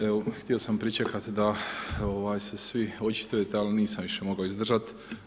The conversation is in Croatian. Evo htio sam pričekat da se svi očitujete, ali nisam više mogao izdržati.